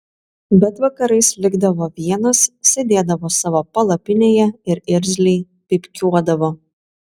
bet vakarais likdavo vienas sėdėdavo savo palapinėje ir irzliai pypkiuodavo